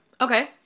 Okay